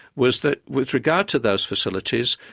was that with regard to those facilities,